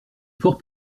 fort